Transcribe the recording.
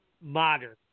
modern